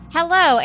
Hello